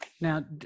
Now